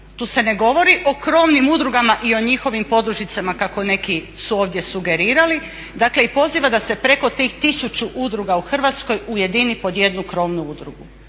tu se ne govori o krovnim udrugama i o njihovim podružnicama kako neki su ovdje sugerirali i poziva da se preko tih tisuću udruga u Hrvatskoj ujedini pod jednu krovnu udrugu.